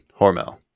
Hormel